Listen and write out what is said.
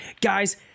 Guys